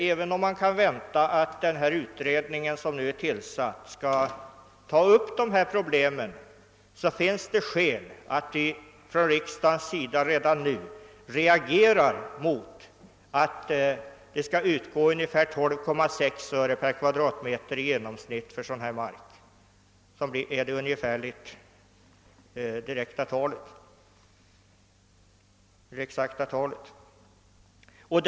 även om man kan vänta att den utredning som nu är tillsatt skall ta upp dessa problem till behandling, finns det ändå skäl som talar för att riksdagen redan nu reagerar mot att ersättning skall utgå med i genomsnitt endast 12,6 öre per kvadratmeter för sådan mark — det är det exakta talet.